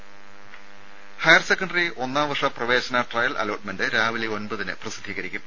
രദേ higher secondary ഒന്നാം വർഷ പ്രവേശന ട്രയൽ അലോട്ട്മെന്റ് രാവിലെ ഒമ്പതിന് പ്രസിദ്ധീകരിക്കും